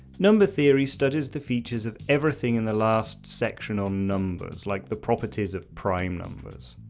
number theory studies the features of everything in the last section on numbers like the properties of prime numbers.